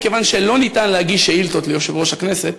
מכיוון שאי-אפשר להגיש שאילתות ליושב-ראש הכנסת,